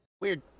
Weird